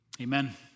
Amen